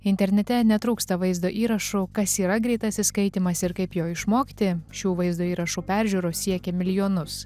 internete netrūksta vaizdo įrašų kas yra greitasis skaitymas ir kaip jo išmokti šių vaizdo įrašų peržiūros siekia milijonus